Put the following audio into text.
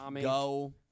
Go